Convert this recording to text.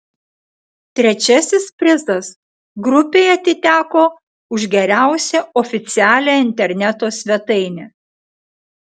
trečiasis prizas grupei atiteko už geriausią oficialią interneto svetainę